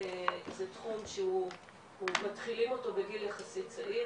תחום שמתחילים אותו בגיל יחסית צעיר,